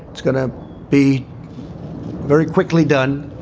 it's going to be very quickly done